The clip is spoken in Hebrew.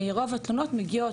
רוב התלונות מגיעות,